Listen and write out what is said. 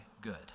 good